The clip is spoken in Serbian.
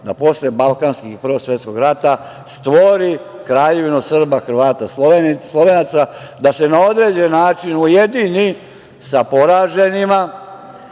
da posle Balkanskih ratova i Prvog svetskog rata stvori Kraljevinu Srba, Hrvata i Slovenaca, da se na određeni način ujedini sa poraženima